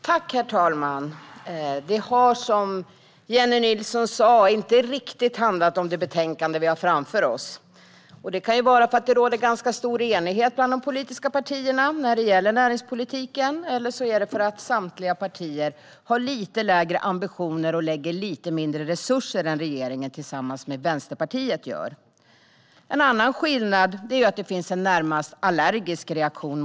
Herr talman! Debatten har som Jennie Nilsson sa inte riktigt handlat om det betänkande vi har framför oss. Det kan vara för att det råder ganska stor enighet bland de politiska partierna vad gäller näringspolitiken. Eller så är det för att övriga partier har lite lägre ambitioner och lägger lite mindre resurser än vad regeringspartierna tillsammans med Vänsterpartiet gör. En annan skillnad är att samverkan verkar ge en närmast allergisk reaktion.